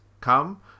come